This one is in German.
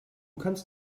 kannst